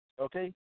okay